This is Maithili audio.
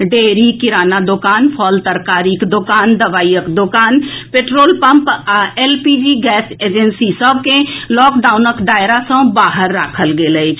डेयरी किराना दोकान फल तरकारीक दोकान दवाई दोकान पेट्रोल पंप आ एलपीजी गैस एजेंसी सभ के लॉकडाउनक दायरा सँ बाहर राखल गेल अछि